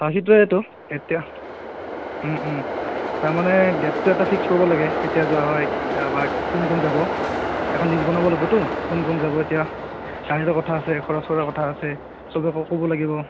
সেইটোৱেতো এতিয়া তাৰমানে ডেটটো এটা ফিক্স কৰিব লাগে কেতিয়া যোৱা হয় বা কোন কোন যাব এখন লিষ্ট বনাব লাগিবতো কোন কোন যাব এতিয়া গাড়ীৰো কথা আছে খৰচৰ কথা আছে সবকে ক'ব লাগিব